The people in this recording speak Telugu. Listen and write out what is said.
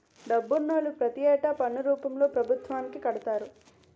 డబ్బునోళ్లు ప్రతి ఏటా పన్ను రూపంలో పభుత్వానికి కడతారు